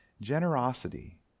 generosity